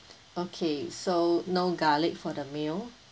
okay so no garlic for the meal